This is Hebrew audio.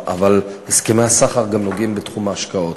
אבל הסכמי הסחר גם נוגעים בתחום ההשקעות,